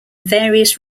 various